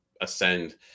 ascend